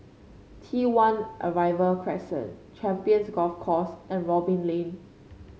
T One Arrival Crescent Champions Golf Course and Robin Lane